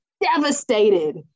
devastated